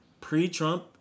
pre-Trump